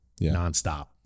nonstop